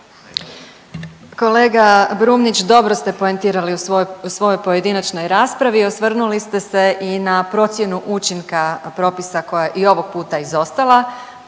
Kolega Brumnić, dobro ste poentirali u svojoj, u svojoj pojedinačnoj raspravi, osvrnuli ste se i na procjenu učinka propisa koja je i ovog puta izostala,